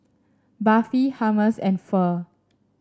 Barfi Hummus and Pho